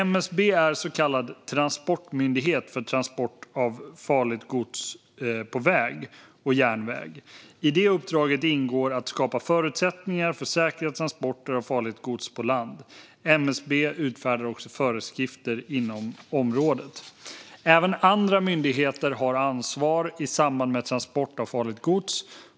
MSB är så kallad transportmyndighet för transport av farligt gods på väg och järnväg. I det uppdraget ingår att skapa förutsättningar för säkra transporter av farligt gods på land. MSB utfärdar också föreskrifter inom området. Även andra myndigheter har ansvar i samband med transport av farligt gods.